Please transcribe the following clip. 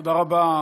תודה רבה.